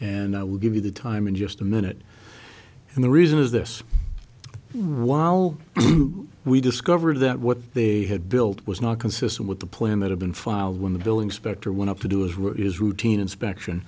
and i will give you the time in just a minute and the reason is this while we discover that what they had built was not consistent with the plan that had been filed when the billing specter went up to do is were is routine inspection